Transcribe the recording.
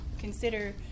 consider